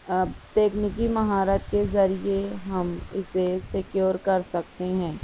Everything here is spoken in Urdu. اب تکنیکی مہارت کے ذریعے ہم اسے سکیور کر سکتے ہیں